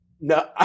no